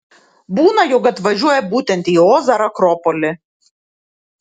būna jog atvažiuoja būtent į ozą ar akropolį